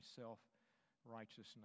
self-righteousness